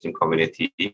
community